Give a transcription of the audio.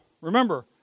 remember